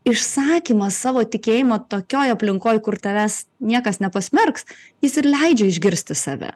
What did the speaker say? išsakymas savo tikėjimo tokioj aplinkoj kur tavęs niekas nepasmerks jis ir leidžia išgirsti save